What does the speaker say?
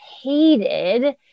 hated